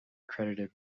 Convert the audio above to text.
credited